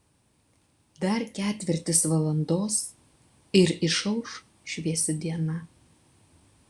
dar ketvirtis valandos ir išauš šviesi diena